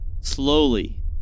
Slowly